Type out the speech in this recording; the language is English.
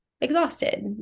exhausted